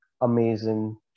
amazing